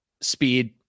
speed